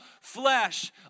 flesh